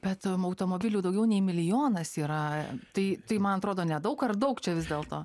bet automobilių daugiau nei milijonas yra tai tai man atrodo nedaug ar daug čia vis dėlto